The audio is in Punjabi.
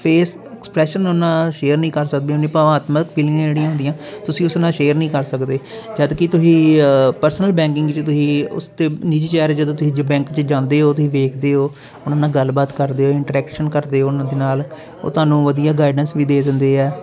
ਫੇਸ ਐਕਸਪ੍ਰੈਸ਼ਨ ਉਹਨਾਂ ਨਾਲ ਸ਼ੇਅਰ ਨਹੀਂ ਕਰ ਸਕਦੇ ਉੰਨੀ ਭਾਵਨਾਤਮਕ ਫੀਲਿੰਗਾਂ ਜਿੜੀਆਂ ਹੁੰਦੀਆਂ ਤੁਸੀਂ ਉਸ ਨਾਲ ਸ਼ੇਅਰ ਨਹੀਂ ਕਰ ਸਕਦੇ ਜਦੋਂ ਕਿ ਤੁਸੀਂ ਪਰਸਨਲ ਬੈਂਕਿੰਗ 'ਚ ਤੁਸੀਂ ਉਸ 'ਤੇ ਨਿੱਜੀ ਚਿਹਰੇ ਜਦੋਂ ਤੁਸੀਂ ਜੋ ਬੈਂਕ 'ਚ ਜਾਂਦੇ ਹੋ ਤੁਸੀਂ ਵੇਖਦੇ ਹੋ ਉਹਨਾਂ ਨਾਲ ਗੱਲਬਾਤ ਕਰਦੇ ਹੋਏ ਇੰਟਰੈਕਸ਼ਨ ਕਰਦੇ ਹੋ ਉਹਨਾਂ ਦੇ ਨਾਲ ਉਹ ਤੁਹਾਨੂੰ ਵਧੀਆ ਗਾਈਡੈਂਸ ਵੀ ਦੇ ਦਿੰਦੇ ਹੈ